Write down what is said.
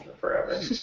forever